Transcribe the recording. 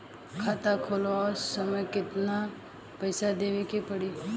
खाता खोलत समय कितना पैसा देवे के पड़ी?